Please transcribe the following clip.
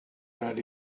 not